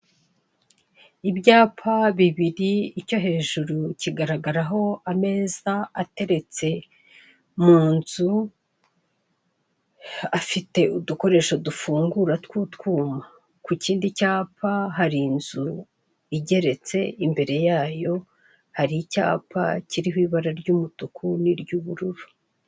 Ibyapa bibiri icyo hejuru kigaragaraho ameza ateretse mu nzu afite udukoresho dufungura tw'utwuma, ku kindi cyapa hari inzu igeretse imbere yayo hari icyapa kiriho ibara ry'umutuku n'iry'ubururu.